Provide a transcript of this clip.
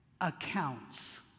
accounts